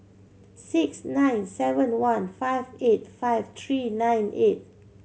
six nine seven one five eight five three nine eight